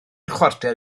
chwarter